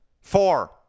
Four